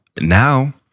Now-